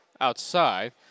outside